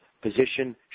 position